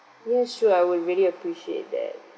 yes sure I would really appreciate that